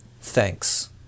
Thanks